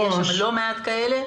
ויש שם לא מעט כאלה,